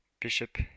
bishop